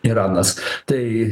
iranas tai